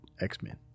X-Men